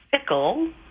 pickle